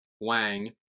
Wang